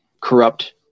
corrupt